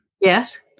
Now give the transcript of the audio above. Yes